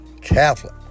Catholic